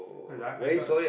cause I I got